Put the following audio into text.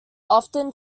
often